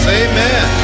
amen